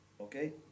okay